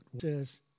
says